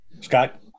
Scott